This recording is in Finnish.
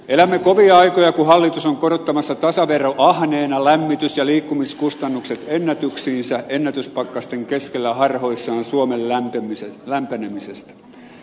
elämme kovia aikoja kun hallitus on korottamassa tasaveroahneena lämmitys ja liikkumiskustannuksia ennätyksiinsä ennätyspakkasten keskellä harhoissaan suomen lämpenemisestä